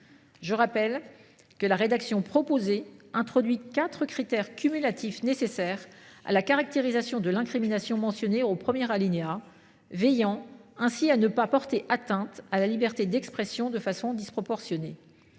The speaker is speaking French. Je rappelle que la rédaction proposée introduit quatre critères cumulatifs pour la caractérisation de l’incrimination mentionnée au premier alinéa, veillant ainsi à ne pas porter atteinte de façon disproportionnée